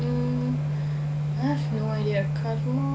um I have no ide~